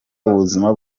ubuzima